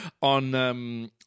on